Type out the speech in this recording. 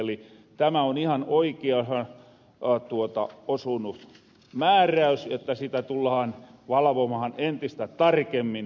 eli tämä on ihan oikeahan osunu määräys että sitä tullahan valvomahan entistä tarkemmin